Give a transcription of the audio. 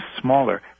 smaller